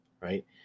right